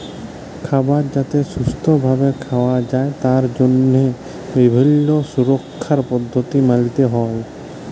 খাবার যাতে সুস্থ ভাবে খাওয়া যায় তার জন্হে বিভিল্য সুরক্ষার পদ্ধতি মালতে হ্যয়